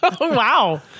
Wow